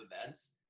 events